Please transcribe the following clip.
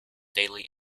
daily